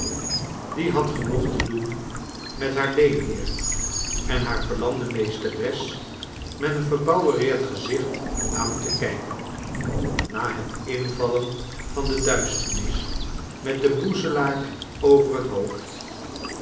die had genoeg te doen met haar leenheer en haar verlamde meesteres met een verbouwereerd gezicht aan te kijken na het invallen van de duisternis met den boezelaar over het hoofd